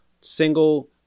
single